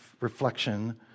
reflection